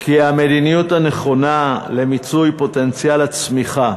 כי המדיניות הנכונה למיצוי פוטנציאל הצמיחה